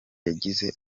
yagize